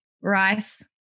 rice